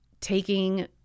taking